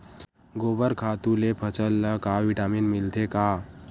गोबर खातु ले फसल ल का विटामिन मिलथे का?